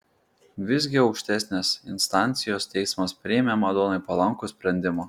visgi aukštesnės instancijos teismas priėmė madonai palankų sprendimą